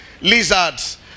lizards